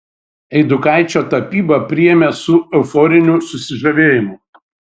eidukaičio tapybą priėmė su euforiniu susižavėjimu